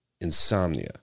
Insomnia